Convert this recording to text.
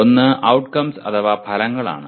ഒന്ന് ഔട്ട്കംസ് അഥവാ ഫലങ്ങളാണ്